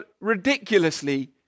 ridiculously